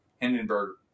Hindenburg